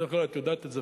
את יודעת את זה,